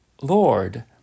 Lord